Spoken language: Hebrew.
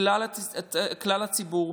כלל הציבור.